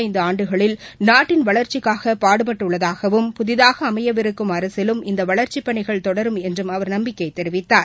ஐந்துஆண்டுகளில் நாட்டின் திரு வளர்ச்சிக்காகபாடுபட்டுள்ளதாகவும் புதிதாகஅமையவிருக்கும் அரசிலும் இந்தவளர்ச்சிபணிகள் தொடரும் என்றும் அவர் நம்பிக்கைதெரிவித்தார்